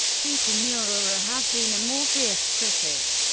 peter neururer has been a more fierce critic.